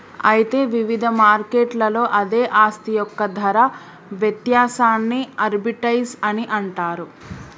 అయితే వివిధ మార్కెట్లలో అదే ఆస్తి యొక్క ధర వ్యత్యాసాన్ని ఆర్బిటౌజ్ అని అంటారు